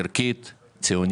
זאת מדיניות.